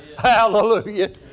Hallelujah